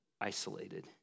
isolated